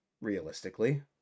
realistically